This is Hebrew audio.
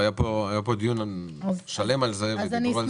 היה פה דיון שלם על זה ודיברו על כך